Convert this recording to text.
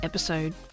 episode